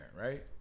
right